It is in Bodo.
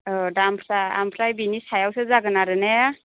औ दामफ्रा ओमफ्राय बिनि सायावसो जागोन आरो ने